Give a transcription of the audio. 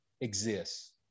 exists